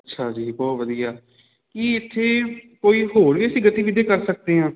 ਅੱਛਾ ਜੀ ਬਹੁਤ ਵਧੀਆ ਕੀ ਇੱਥੇ ਕੋਈ ਹੋਰ ਵੀ ਗਤੀਵਿਧੀਆ ਕਰ ਸਕਦੇ ਆ